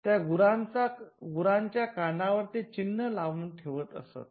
त्या गुरांच्या कानावर ते चिन्ह लावून ठेवत असत